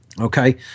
Okay